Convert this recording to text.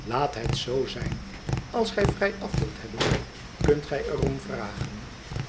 laat het zoo zijn als gij vrijaf wilt hebben kunt gij er om vragen